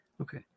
Okay